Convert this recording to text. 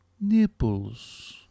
nipples